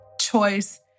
choice